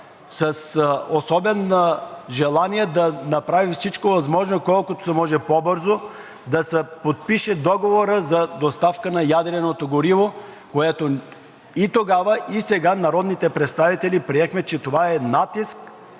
с особено желание да направи всичко възможно колкото се може по-бързо да се подпише договорът за доставка на ядреното гориво, което и тогава, и сега народните представители приехме, че това е натиск